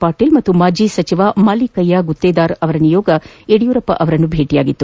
ಪಾಟೀಲ್ ಹಾಗೂ ಮಾಜ ಸಚಿವ ಮಾಲೀಕಯ್ನ ಗುತ್ತೇದಾರ್ ಅವರ ನಿಯೋಗ ಯಡಿಯೂರಪ್ಪ ಅವರನ್ನು ಭೇಟಿಯಾಗಿತ್ತು